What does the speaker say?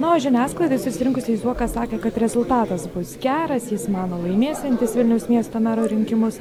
na o žiniasklaidai susirinkusiai zuokas sakė kad rezultatas bus geras jis mano laimėsiantis vilniaus miesto mero rinkimus